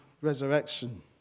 resurrection